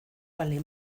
vale